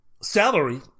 salary